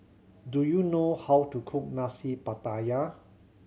do you know how to cook Nasi Pattaya